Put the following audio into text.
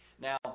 Now